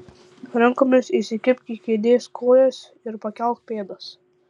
rankomis įsikibk į kėdės kojas ir pakelk pėdas